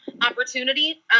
opportunity